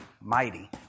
mighty